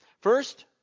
First